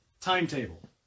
timetable